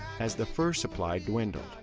as the fur supply dwindled,